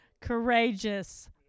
courageous